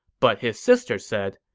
but his sister said,